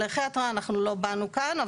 על ערכי התרעה אנחנו לא באנו כאן,